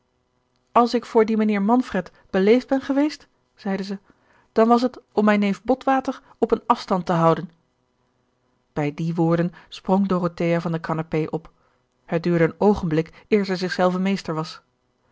als ik voor dien mijnheer manfred beleefd ben geweest zeide ze dan was het om mijn neef botwater op een afstand te houden bij die woorden sprong dorothea van de kanapé op het duurde een oogenblik eer zij zich zelve meester was